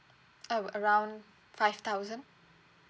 oh around five thousand